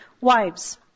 wives